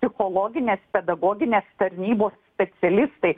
psichologinės pedagoginės tarnybos specialistai